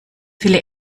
viele